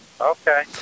Okay